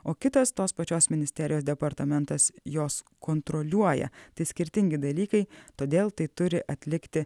o kitas tos pačios ministerijos departamentas jos kontroliuoja tai skirtingi dalykai todėl tai turi atlikti